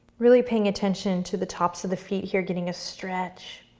really paying attention to the tops of the feet here, getting a stretch.